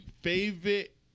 Favorite